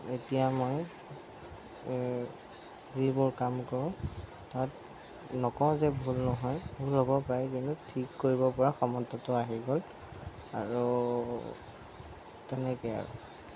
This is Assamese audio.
এতিয়া মই যিবোৰ কাম কৰোঁ তাত নকওঁ যে ভুল নহয় ভুল হ'ব পাৰে কিন্তু ঠিক কৰিব পৰা ক্ষমতাটো আহি গ'ল আৰু তেনেকেই আৰু